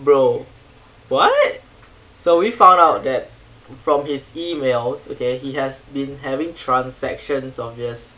bro what so we found out that from his emails okay he has been having transactions obvious